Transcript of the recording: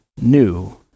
new